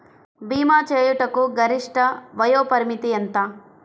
భీమా చేయుటకు గరిష్ట వయోపరిమితి ఎంత?